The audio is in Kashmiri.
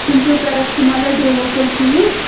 سِمپٕل پیریسٹٕمال یا ڈولو پھوٚل کھیٚوِو